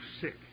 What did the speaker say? sick